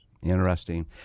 Interesting